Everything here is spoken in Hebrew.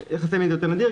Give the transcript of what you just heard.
יחסי מין זה יותר נדיר.